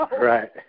Right